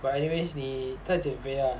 but anyways 你在减肥啊